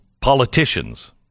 politicians